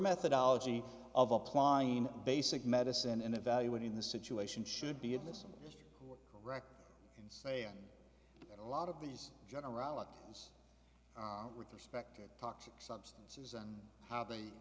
methodology of applying basic medicine and evaluating the situation should be in this record say in a lot of these generalities with respect to toxic substances and how they